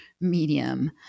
medium